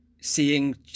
seeing